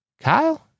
Kyle